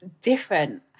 different